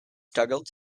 struggled